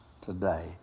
today